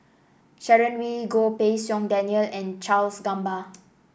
Sharon Wee Goh Pei Siong Daniel and Charles Gamba